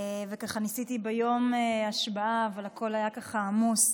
ניסיתי ביום ההשבעה, אבל הכול היה ככה עמוס.